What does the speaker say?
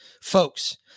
folks